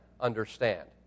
understand